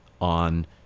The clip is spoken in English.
on